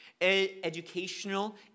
educational